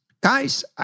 guys